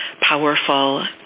powerful